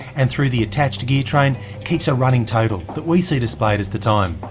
and through the attached gear train keeps a running total, that we see displayed as the time.